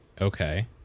Okay